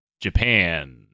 Japan